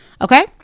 okay